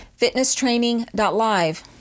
fitnesstraining.live